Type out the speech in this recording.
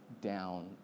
down